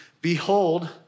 behold